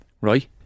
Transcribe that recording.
Right